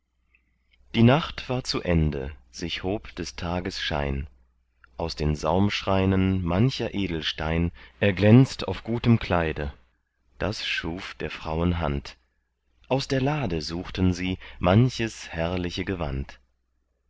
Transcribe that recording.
die nacht war zu ende sich hob des tages schein aus den saumschreinen mancher edelstein erglänzt auf gutem kleide das schuf der frauen hand aus der lade suchten sie manches herrliche gewand